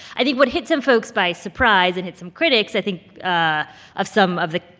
i think what hit some folks by surprise and hit some critics i think ah of some of the,